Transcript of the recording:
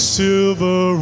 silver